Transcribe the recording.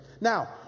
Now